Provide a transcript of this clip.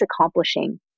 accomplishing